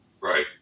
Right